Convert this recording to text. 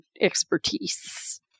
expertise